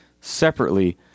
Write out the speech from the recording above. separately